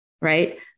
right